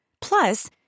Plus